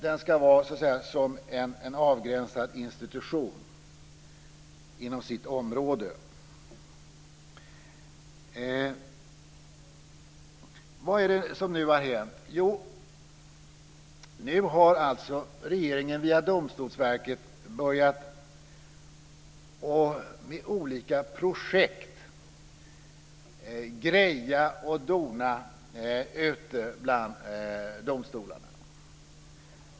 Den ska vara som en avgränsad institution inom sitt område. Vad är det som nu har hänt? Jo, nu har regeringen via Domstolsverket börjat med olika projekt och börjat greja och dona ute bland domstolarna.